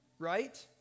Right